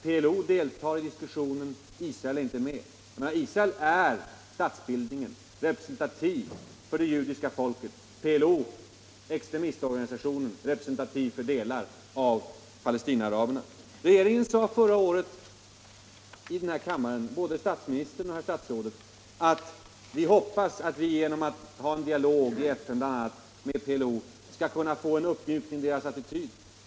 PLO deltar i diskussionen, Israel är inte med. Men Israel är en statsbildning, representativ för det judiska folket — PLO är extremistorganisationen, representativ för endast delar av palestinaaraberna. Regeringen sade förra året i denna kammare, både statsministern och utrikesministern, att vi hoppas att vi genom en dialog med PLO, bl.a. i FN, skall få en uppmjukning av dess attityd.